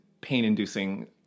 pain-inducing